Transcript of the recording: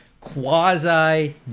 Quasi